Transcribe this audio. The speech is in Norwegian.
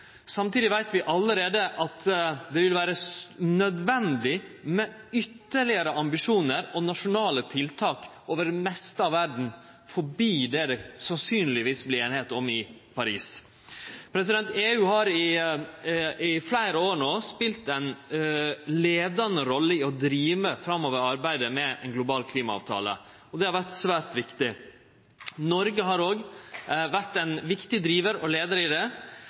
Samtidig veit vi allereie at det vil vere nødvendig med ytterlegare ambisjonar og nasjonale tiltak over det meste av verda utover det det sannsynlegvis vert einigheit om i Paris. EU har i fleire år no spilt ei leiande rolle i å drive framover arbeidet med ein global klimaavtale. Det har vore svært viktig. Noreg har òg vore ein viktig drivar og leiar i det, men det er grunn til å setje spørsmålsteikn ved det regjeringa i det